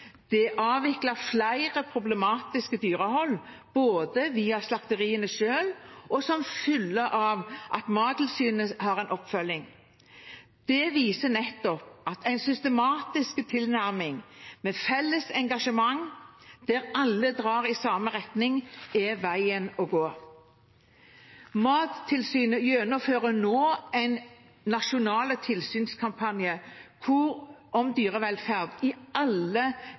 Det er avviklet flere problematiske dyrehold, både via slakteriene selv og som følge av Mattilsynets oppfølging. Det viser at en systematisk tilnærming med felles engasjement, der alle drar i samme retning, er veien å gå. Mattilsynet gjennomfører nå en nasjonal tilsynskampanje om dyrevelferd i alle